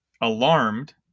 alarmed